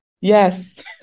Yes